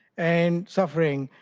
and suffering.